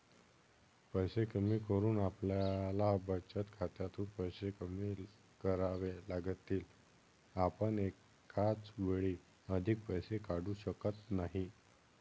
पैसे कमी करून आपल्याला बचत खात्यातून पैसे कमी करावे लागतील, आपण एकाच वेळी अधिक पैसे काढू शकत नाही